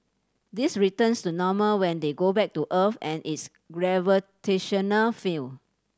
this returns to normal when they go back to Earth and its gravitational field